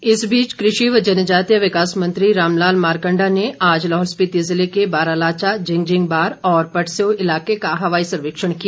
रामलाल इस बीच कृषि व जनजातीय विकास मंत्री राम लाल मारकंडा ने आज लाहौल स्पिति ज़िले के बारालाचा जिंगजिंगबार और पटसेओ इलाके का हवाई सर्वेक्षण किया